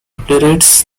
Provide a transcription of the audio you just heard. playwrights